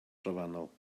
trofannol